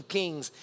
kings